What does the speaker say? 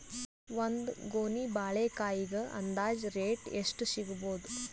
ಒಂದ್ ಗೊನಿ ಬಾಳೆಕಾಯಿಗ ಅಂದಾಜ ರೇಟ್ ಎಷ್ಟು ಸಿಗಬೋದ?